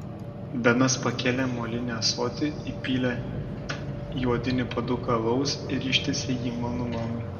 benas pakėlė molinį ąsotį įpylė į odinį puoduką alaus ir ištiesė jį mano mamai